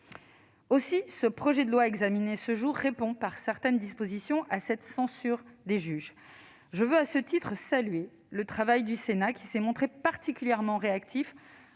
du projet de loi examiné ce jour répondent à cette censure des juges. Je veux, à ce titre, saluer le travail du Sénat, qui s'est montré particulièrement réactif